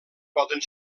poden